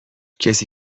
کسی